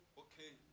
okay